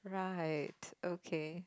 right okay